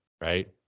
right